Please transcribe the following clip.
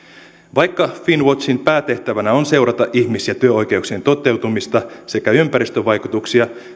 vaikka finnwatchin päätehtävänä on seurata ihmis ja työoikeuksien toteutumista sekä ympäristövaikutuksia se on